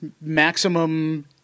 Maximum